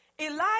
Elijah